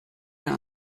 mehr